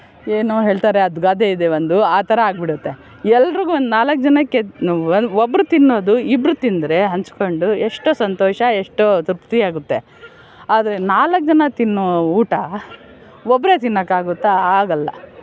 ಏನೋ ಹೇಳ್ತಾರೆ ಅದು ಗಾದೆ ಇದೆ ಒಂದು ಆ ಥರ ಆಗ್ಬಿಡುತ್ತೆ ಎಲ್ರಿಗೂ ನಾಲ್ಕು ಜನಕ್ಕೆ ಒಬ್ಬರು ತಿನ್ನೋದು ಇಬ್ಬರು ತಿಂದರೆ ಹಂಚ್ಕೊಂಡು ಎಷ್ಟು ಸಂತೋಷ ಎಷ್ಟು ತೃಪ್ತಿ ಆಗುತ್ತೆ ಆದರೆ ನಾಲ್ಕು ಜನ ತಿನ್ನುವ ಊಟ ಒಬ್ಬರೇ ತಿನ್ನೋಕೆ ಆಗುತ್ತಾ ಆಗಲ್ಲ